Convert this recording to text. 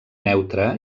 neutre